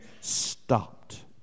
stopped